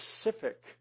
specific